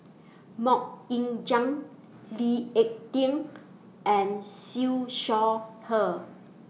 Mok Ying Jang Lee Ek Tieng and Siew Shaw Her